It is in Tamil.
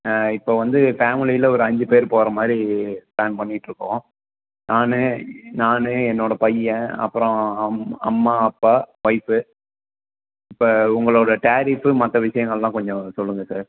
இப்போ வந்து பேமிலியில் ஒரு அஞ்சு பேர் போகிற மாதிரி பிளான் பண்ணிகிட்டு இருக்கோம் நான் நான் என்னோட பையன் அப்புறம் அம் அம்மா அப்பா வைஃபு இப்போ உங்களோட டாரிஃபு மற்ற விஷயங்களெலாம் கொஞ்சம் சொல்லுங்க சார்